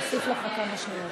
נוסיף לך כמה שניות.